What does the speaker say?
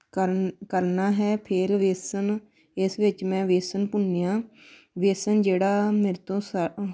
ਕਰਨ ਕਰਨਾ ਹੈ ਫਿਰ ਬੇਸਣ ਇਸ ਵਿੱਚ ਮੈਂ ਬੇਸਣ ਭੁੰਨਿਆ ਬੇਸਣ ਜਿਹੜਾ ਮੇਰੇ ਤੋਂ ਸ